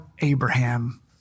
Abraham